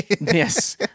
Yes